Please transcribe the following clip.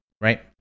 right